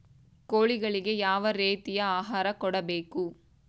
ಕೋಳಿಗಳಿಗೆ ಯಾವ ರೇತಿಯ ಆಹಾರ ಕೊಡಬೇಕು?